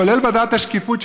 כולל ועדת השקיפות,